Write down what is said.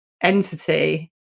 entity